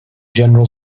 general